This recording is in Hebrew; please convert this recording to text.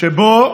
שבו